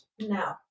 No